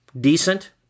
decent